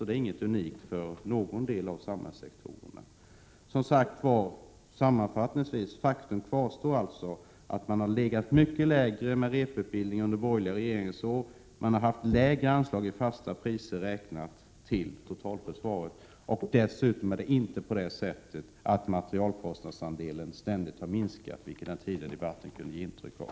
Det är inte unikt för någon samhällssektor. Sammanfattningsvis: Faktum kvarstår att anslaget till repetitionsutbildning var lägre under de borgerliga regeringsåren. Man hade lägre anslag, räknat i fasta priser, till totalförsvaret. Dessutom är det inte på det sättet att materielkostnadsandelen ständigt har minskat, vilket den tidigare debatten kunde ge intryck av.